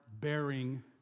bearing